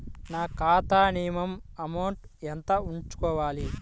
నా ఖాతా minimum amount ఎంత ఉంచుకోవాలి?